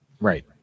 Right